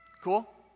Cool